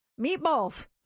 meatballs